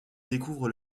découvre